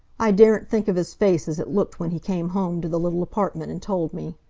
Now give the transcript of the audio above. i daren't think of his face as it looked when he came home to the little apartment and told me.